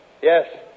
Yes